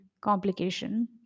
complication